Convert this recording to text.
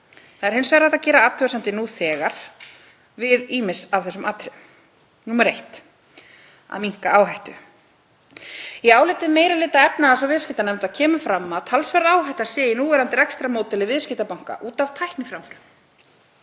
Það er hins vegar hægt að gera athugasemd nú þegar við ýmis af þessum atriðum. 1. Að minnka áhættu. Í áliti meiri hluta efnahags- og viðskiptanefndar kemur fram að talsverð áhætta sé í núverandi rekstrarmódeli viðskiptabanka út af tækniframförum.